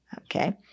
Okay